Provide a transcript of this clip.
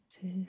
two